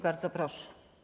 Bardzo proszę.